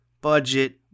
Budget